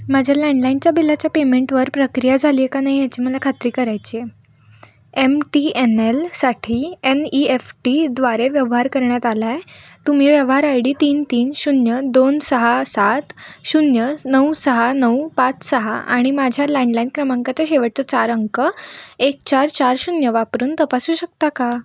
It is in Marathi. माझ्या लँडलाईनच्या बिलाच्या पेमेंटवर प्रक्रिया झाली आहे का नाही याची मला खात्री करायची आहे एम एम टी एन एलसाठी एन ई एफ टीद्वारे व्यवहार करण्यात आला आहे तुम्ही व्यवहार आय डी तीन तीन शून्य दोन सहा सात शून्य नऊ सहा नऊ पाच सहा आणि माझ्या लँडलाईन क्रमांकाच्या शेवटचं चार अंक एक चार चार शून्य वापरून तपासू शकता का